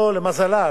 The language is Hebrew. למזלה,